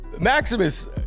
Maximus